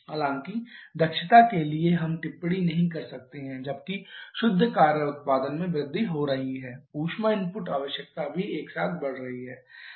हालाँकि दक्षता के लिए हम टिप्पणी नहीं कर सकते हैं जबकि शुद्ध कार्य उत्पादन में वृद्धि हो रही है ऊष्मा इनपुट आवश्यकता भी एक साथ बढ़ रही है